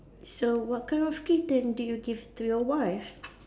so what kind of kitten did you give to your wife